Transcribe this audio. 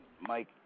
Mike